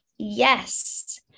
yes